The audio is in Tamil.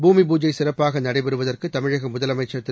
பூமி பூஜை சிறப்பாக நடைபெறுவதற்கு தமிழக முதலமைச்சர் திரு